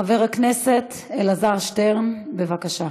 חבר הכנסת אלעזר שטרן, בבקשה.